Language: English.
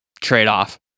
trade-off